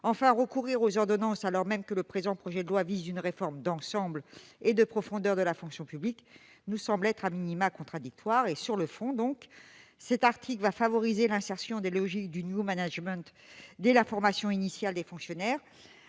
Enfin, recourir aux ordonnances, alors même que le présent projet de loi vise une réforme d'ensemble et en profondeur de la fonction publique, nous semble contradictoire. Sur le fond, cet article va favoriser l'intégration des logiques du dès la formation initiale des fonctionnaires,